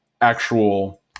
actual